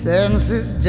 Senses